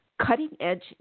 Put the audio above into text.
cutting-edge